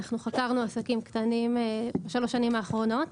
אנחנו חקרנו עסקים קטנים בשלוש השנים האחרונות,